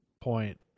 point